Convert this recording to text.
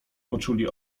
poczuli